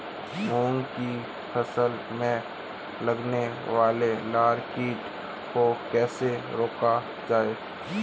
मूंग की फसल में लगने वाले लार कीट को कैसे रोका जाए?